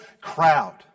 crowd